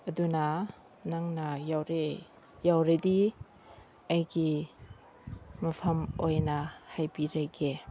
ꯑꯗꯨꯅ ꯅꯪꯅ ꯌꯧꯔꯦ ꯌꯧꯔꯗꯤ ꯑꯩꯒꯤ ꯃꯐꯝ ꯑꯣꯏꯅ ꯍꯥꯏꯕꯤꯔꯒꯦ